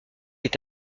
est